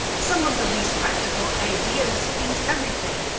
some of the least practical ideas beat everything.